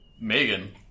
Megan